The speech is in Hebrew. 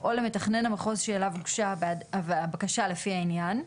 או למתכנן המחוז שאליו הוגשה הבקשה לפי העניין.